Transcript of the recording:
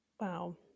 Wow